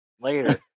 later